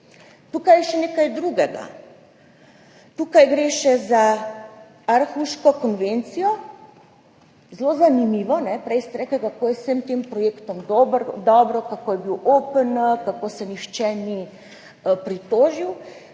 Tu je še nekaj drugega, tu gre še za Aarhuško konvencijo. Zelo zanimivo, prej ste rekli, kako je vse s tem projektom dobro, kako je bil OPN, kako se nihče ni pritožil,